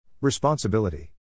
Responsibility